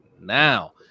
now